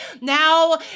now